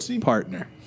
partner